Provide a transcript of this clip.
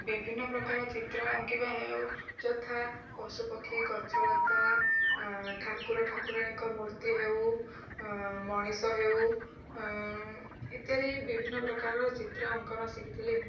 ବିଭିନ୍ନ ପ୍ରକାର ଚିତ୍ର ଅଙ୍କିବା ହେଉ ଯଥା ପଶୁପକ୍ଷୀ ଗଛଲତା ଠାକୁର ଠାକୁରାଣୀଙ୍କ ମୂର୍ତ୍ତି ହେଉ ମଣିଷ ହେଉ ଇତ୍ୟାଦି ବିଭିନ୍ନ ପ୍ରକାରର ଚିତ୍ର ଅଙ୍କନ ଶିଖିଥିଲି